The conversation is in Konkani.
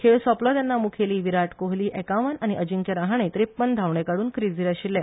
खेळ सोपलो तेन्ना मुखेली विराट कोहली एकाव्वन आनी अजिंक्य रहाणे त्रेप्पन धांवडे काड्रन क्रिजीर आसात